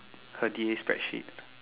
her D_A spreadsheet